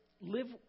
live